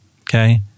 Okay